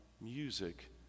music